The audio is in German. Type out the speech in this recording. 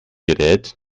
gerät